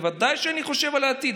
ודאי שאני חושב על העתיד,